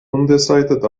undecided